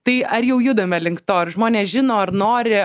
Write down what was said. tai ar jau judame link to ar žmonės žino ar nori